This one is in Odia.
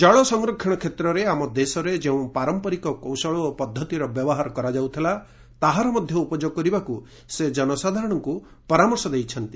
ଜଳ ସଂରକ୍ଷଣ କ୍ଷେତ୍ରରେ ଆମ ଦେଶରେ ଯେଉଁ ପାରମ୍ପରିକ କୌଶଳ ଓ ପଦ୍ଧତିର ବ୍ୟବହାର କରାଯାଉଥିଲା ତାହାର ମଧ୍ୟ ଉପଯୋଗ କରିବାକୁ ସେ ଜନସାଧାରଣଙ୍କୁ ପରାମର୍ଶ ଦେଇଛନ୍ତି